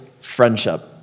friendship